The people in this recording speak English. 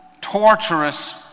torturous